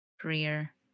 career